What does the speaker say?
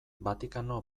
vatikano